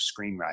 screenwriting